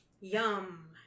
Yum